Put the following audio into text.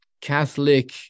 Catholic